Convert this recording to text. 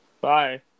Bye